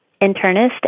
internist